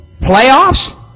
Playoffs